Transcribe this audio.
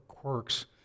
Quirks